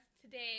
today